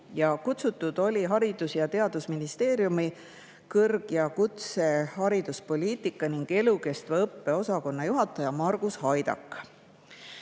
Kutsutud oli Haridus- ja Teadusministeeriumi kõrg- ja kutsehariduspoliitika ning elukestva õppe osakonna juhataja Margus Haidak.